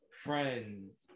friends